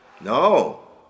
No